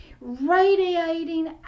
radiating